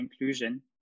inclusion